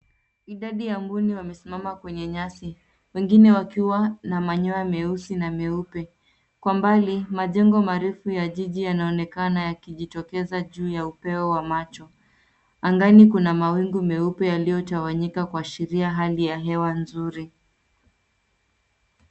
Idadi ya mbuni wamesimama kwenye nyasi wengine wakiwa na manyoya meusi na meupe. Kwa mbali majengo marefu ya jiji yanaonekana yakijitokeza juu ya upeo wa macho. Angani kuna mawingu meupe yaliyotawanyika kuashiria hali ya hewa nzuri.